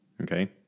okay